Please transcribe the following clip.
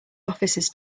officers